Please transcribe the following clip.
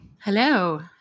Hello